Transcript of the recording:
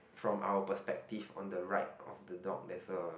from our perspective on the right of the dog there's a